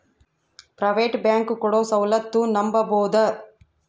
Private bank ಕೊಡೊ ಸೌಲತ್ತು ನಂಬಬೋದ?